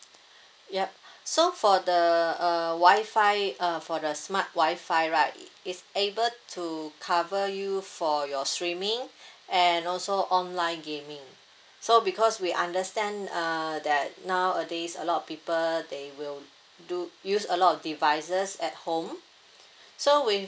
yup so for the uh wi-fi uh for the smart wi-fi right it's able to cover you for your streaming and also online gaming so because we understand uh that nowadays a lot of people they will do use a lot of devices at home so with